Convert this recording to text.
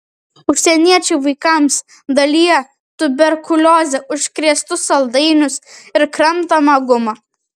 užsieniečiai vaikams dalija tuberkulioze užkrėstus saldainius ir kramtomą gumą